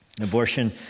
abortion